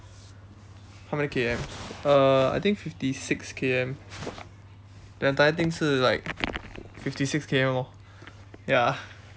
how many K_M uh I think fifty six K_M the entire thing 是 like fifty six K_M lor ya